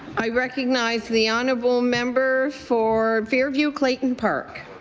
i recognize the honourable member for fair view clayton park.